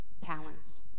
talents